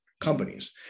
companies